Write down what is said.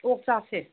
ꯑꯣꯛ ꯆꯥꯁꯦ